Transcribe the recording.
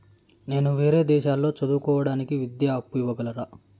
నేను వేరే దేశాల్లో చదువు కోవడానికి విద్యా అప్పు ఇవ్వగలరా?